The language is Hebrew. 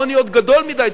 העוני עוד גדול מדי,